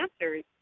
answers